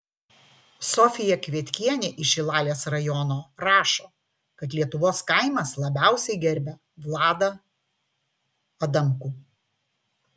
sofija kvietkienė iš šilalės rajono rašo kad lietuvos kaimas labiausiai gerbia vladą adamkų